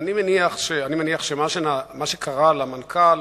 אני מניח שמה שקרה למנכ"ל,